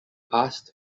past